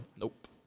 Nope